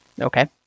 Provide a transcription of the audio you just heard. Okay